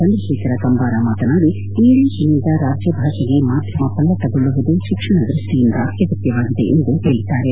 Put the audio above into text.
ಚಂದ್ರಶೇಖರ ಕಂಬಾರ ಮಾತನಾಡಿ ಇಂಗ್ಲಿಷಿನಿಂದ ರಾಜ್ಯ ಭಾಷೆಗೆ ಮಾಧ್ಯಮ ಪಲ್ಲಟಗೊಳ್ಳುವುದು ಶಿಕ್ಷಣ ದೃಷ್ಟಿಯಿಂದ ಅತ್ಯಗತ್ಯವಾಗಿದೆ ಎಂದು ಹೇಳಿದ್ದಾರೆ